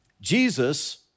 Jesus